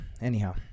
anyhow